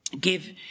give